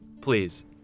Please